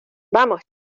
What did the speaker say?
vamos